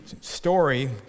story